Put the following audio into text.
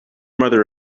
mother